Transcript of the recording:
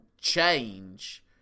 change